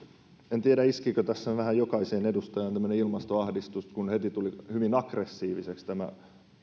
en tiedä iskikö tässä vähän jokaiseen edustajaan tämmöinen ilmastoahdistus kun heti tuli hyvin aggressiiviseksi tämä